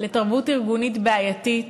לתרבות ארגונית בעייתית,